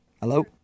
Hello